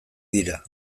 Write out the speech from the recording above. dira